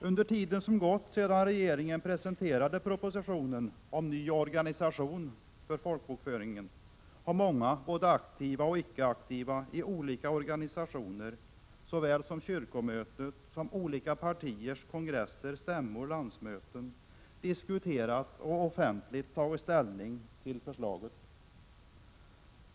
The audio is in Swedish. Under den tid som gått sedan regeringen presenterade propositionen om ny organisation för folkbokföringen har många — både aktiva och icke aktiva i olika organisationer och såväl kyrkomötet som olika partiers kongresser, stämmor, landsmöten — diskuterat och offentligt tagit ställning till förslaget.